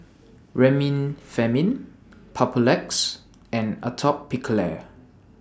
Remifemin Papulex and Atopiclair